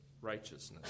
righteousness